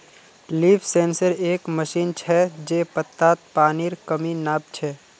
leaf sensor एक machine छ जे पत्तात पानीर कमी नाप छ